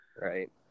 Right